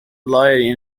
lawyer